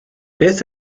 beth